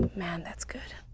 man, that's good.